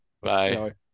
Bye